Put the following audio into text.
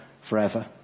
forever